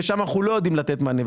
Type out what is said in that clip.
ושם אנחנו לא יודעים לתת מענה,